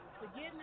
forgiveness